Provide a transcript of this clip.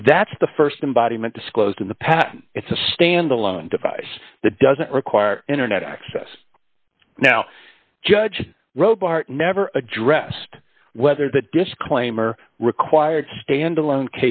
and that's the st embodiment disclosed in the past it's a standalone device that doesn't require internet access now judge ro bart never addressed whether the disclaimer required standalone